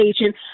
agent